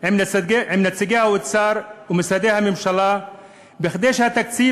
עם נציגי האוצר ומשרדי הממשלה כדי שהתקציב